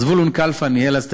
זבולון כלפה ניהל את הישיבה,